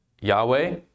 Yahweh